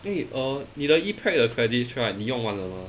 eh uh 你的 E prep 的 credits right 你用完了吗